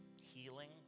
Healing